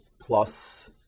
plus